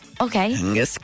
Okay